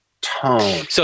tone